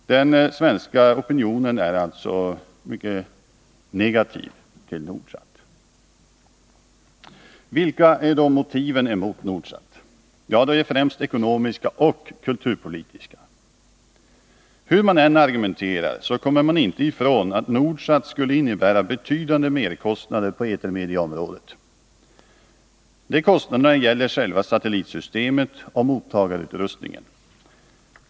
Den svenska opinionen är alltså mycket negativ till Nordsat. Nr 48 Vilka är då motiven emot Nordsat? Ja, de är främst ekonomiska och kulturpolitiska. Hur man än argumenterar, så kommer man inte ifrån att Nordsat skulle innebära betydande merkostnader på etermediaområdet. De kostnaderna gäller själva satellitsystemet och mottagarutrustningen.